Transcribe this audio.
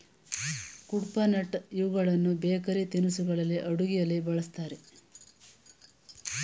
ಕುಡ್ಪನಟ್ ಇವುಗಳನ್ನು ಬೇಕರಿ ತಿನಿಸುಗಳಲ್ಲಿ, ಅಡುಗೆಯಲ್ಲಿ ಬಳ್ಸತ್ತರೆ